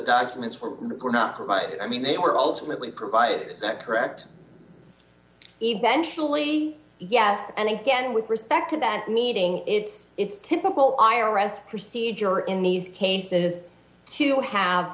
documents were not like i mean they were ultimately provided that correct eventually yes and again with respect to that meeting it's it's typical i arrest procedure in these cases to have